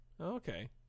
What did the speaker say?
Okay